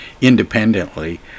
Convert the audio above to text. independently